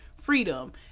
freedom